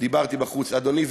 דיברתי בחוץ, אדוני.